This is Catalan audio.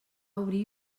obrir